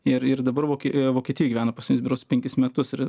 ir ir dabar vokie vokietijoj gyvena paskutinius berods penkis metus ir